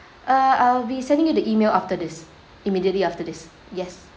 uh I'll be sending you the email after this immediately after this yes